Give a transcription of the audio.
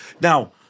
Now